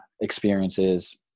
experiences